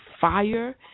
fire